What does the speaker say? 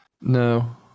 No